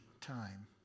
time